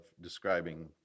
describing